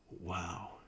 wow